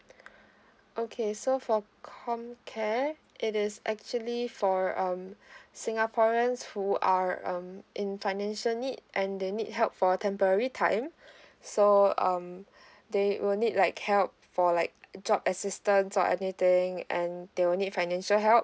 okay so for comcare it is actually for um singaporeans who are um in financial need and they need help for a temporary time so um they will need like help for like job assistance or anything and they will need financial help